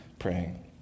praying